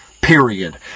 Period